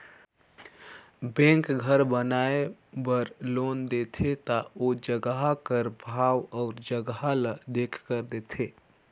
bank घर बनाए बर लोन देथे ता ओ जगहा कर भाव अउ जगहा ल देखकर देथे